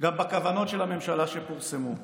גם בכוונות הממשלה שפורסמו.